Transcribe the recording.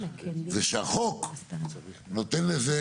זה שהחוק נותן לזה